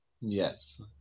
Yes